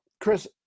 Chris